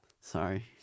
sorry